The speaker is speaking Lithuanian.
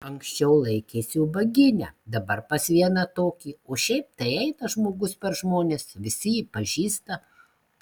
anksčiau laikėsi ubagyne dabar pas vieną tokį o šiaip tai eina žmogus per žmones visi jį pažįsta